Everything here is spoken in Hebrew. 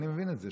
אני מבין את זה,